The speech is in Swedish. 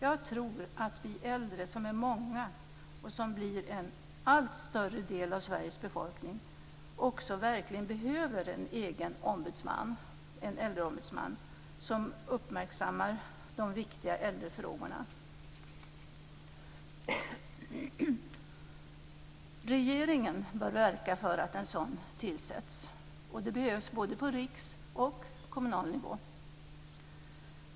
Jag tror att vi äldre som är många och som blir en allt större del av Sveriges befolkning verkligen behöver en egen ombudsman, en äldreombudsman, som uppmärksammar de viktiga äldrefrågorna. Regeringen bör verka för att en sådan ombudsman tillsätts. Det behövs både på riksnivå och på kommunal nivå.